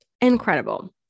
incredible